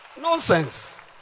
Nonsense